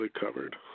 covered